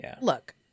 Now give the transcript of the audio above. Look